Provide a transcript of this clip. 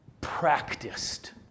practiced